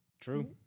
True